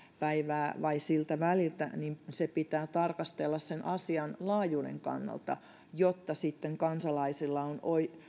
päivää vai siltä väliltä niin sitä pitää tarkastella sen asian laajuuden kannalta jotta kansalaisilla on